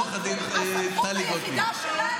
לא בעמידה,